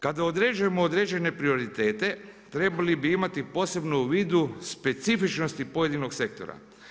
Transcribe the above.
Kada određujemo određene prioritete, trebali bi imati posebno u vidu specifičnosti pojedinog sektora.